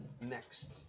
next